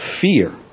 fear